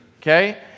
okay